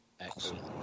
Excellent